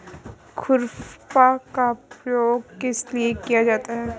खुरपा का प्रयोग किस लिए होता है?